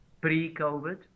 pre-COVID